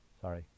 Sorry